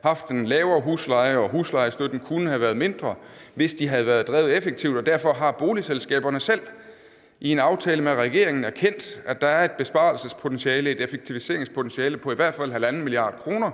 haft en lavere husleje, og huslejestøtten kunne have været mindre, hvis de var blevet drevet effektivt, og derfor har boligselskaberne selv i en aftale med regeringen erkendt, at der er et besparelsespotentiale, et effektiviseringspotentiale på i hvert fald 1,5 mia. kr.,